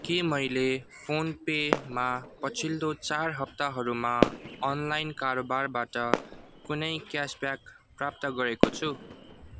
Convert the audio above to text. के मैले फोन पेमा पछिल्लो चार हप्ताहरूमा अनलाइन कारोबारबाट कुनै क्यासब्याक प्राप्त गरेको छु